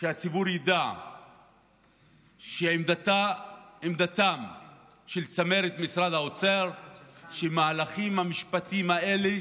והציבור ידע שעמדתה של צמרת משרד האוצר היא שהמהלכים המשפטיים האלה